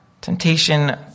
Temptation